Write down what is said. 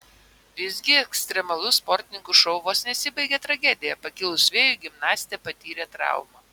visgi ekstremalus sportininkų šou vos nesibaigė tragedija pakilus vėjui gimnastė patyrė traumą